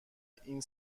این